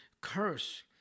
curse